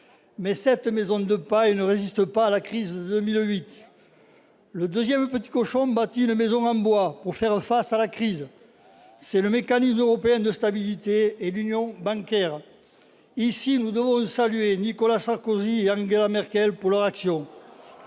Mais cette maison de paille ne résiste pas à la crise de 2008. Le deuxième petit cochon bâtit une maison en bois pour faire face à la crise, c'est le Mécanisme européen de stabilité et l'Union bancaire ; ici, nous devons saluer l'action de Nicolas Sarkozy et d'Angela Merkel pour leur action.